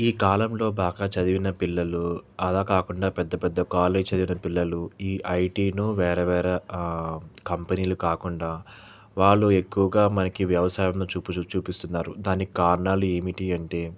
ఈ కాలంలో బాగా చదివిన పిల్లలు అలాా కాకుండా పెద్ద పెద్ద కాలేజ్ చదివిన పిల్లలు ఈ ఐటీను వేరే వేరే కంపెనీలు కాకుండా వాళ్ళు ఎక్కువగా మనకి వ్యవసాయంను చూపు చూ చూపిస్తున్నారు దానికి కారణాలు ఏమిటి అంటే